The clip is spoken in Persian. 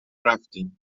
رفتیم